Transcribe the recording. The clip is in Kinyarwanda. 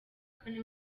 kane